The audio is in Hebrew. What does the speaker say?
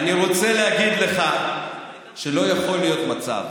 אני רוצה להגיד לך שלא יכול להיות מצב